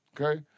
okay